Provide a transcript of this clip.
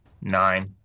nine